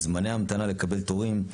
זמני המתנה לקבלת תורים,